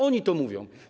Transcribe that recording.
Oni to mówią.